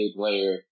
player